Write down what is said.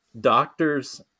doctors